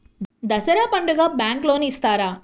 దసరా పండుగ bank loan ఇస్తారా?